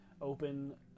open